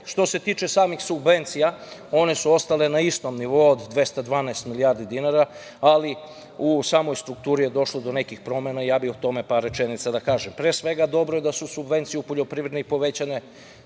se tiče samih subvencija one su ostale na istom nivou od 212 milijardi dinara, ali u samoj strukturi je došlo do nekih promena i ja bih o tome par rečenica da kažem. Pre svega, dobro je da su subvencije u poljoprivredi povećane